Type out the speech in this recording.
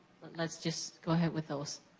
let's just go ahead with those.